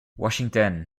washington